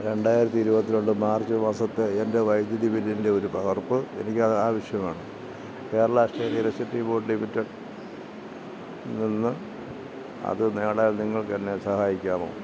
രണ്ടായിരത്തി ഇരുപത്തി രണ്ട് മാർച്ച് മാസത്തെ എൻ്റെ വൈദ്യുതി ബില്ലിൻ്റെ ഒരു പകർപ്പ് എനിക്ക് ആവശ്യമാണ് Kerala State Electricity Board Limited നിന്ന് അത് നേടാൻ നിങ്ങൾക്കെന്നെ സഹായിക്കാമോ